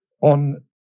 on